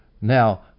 Now